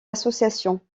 association